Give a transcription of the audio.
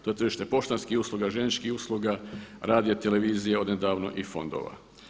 To je tržište poštanskih usluga, željezničkih usluga, radija, televizije odnedavno i fondova.